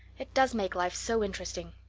it does make life so interesting.